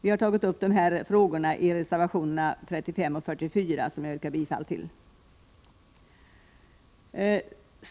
I reservationerna 35 och 44 har vi tagit upp de här frågorna, och jag yrkar bifall till dem.